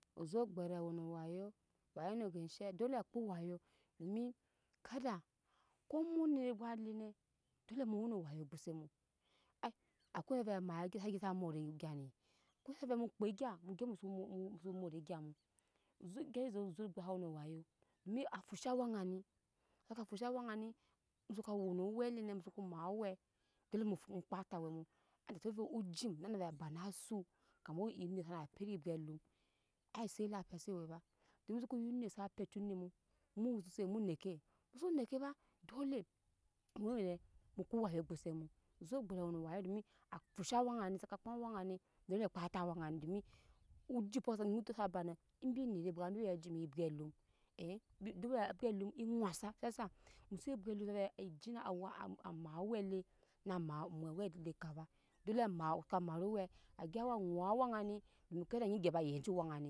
Ozu gbere we owayu wayu ni go enshe dole kpo wayu domi kada ko mu onere bwɛt le ne do le mu wenu wayo ogbose mu ai nyi may eŋgya sa gyap sa mure egya ni ko su ve mu kpa agya mu gya mosu mosu ozu agya ozu gbere sa we no awayo dom a fusha awɛŋa ni saka fusha awɛŋa ni muso ko wena awɛ lene muso ko mai awɛ dole mu fu mu kpa ta awɛ mu fade ki ojim na ba na asu kama sana pɛt ebwe alu ai set lapeya sewe ba dom muso yo onet ssa pɛro onet mu muso set mu neke muso neke ba dole mu ve mu kpo wayo ogbose mu ozo gbere weno wayo domi afusha weŋa ni sake kpem ewɛŋa ni mu yɛm ju kpa tu wɛŋani domi ojimɔ onet to sa ba no embi nere bwɛt embi we ajume ebwe alum embi dole ebwa alum ŋɔsa fasa muso ye ebwɛ alum save ejin awa ama awɛ le na ma mwe awɛ de kaba dole maa ka maru owɛ agyap awa ŋuŋ awɛŋa ni kede anyi gya ba yeci wɛŋa ni